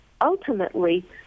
ultimately